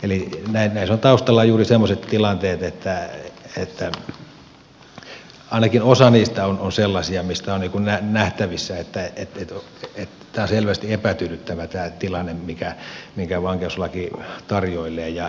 näissä ovat taustalla juuri semmoiset tilanteet että ainakin osa niistä on sellaisia mistä on nähtävissä että on selvästi epätyydyttävä tämä tilanne minkä vankeuslaki tarjoilee